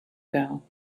girl